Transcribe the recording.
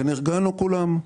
ונרגענו כולם.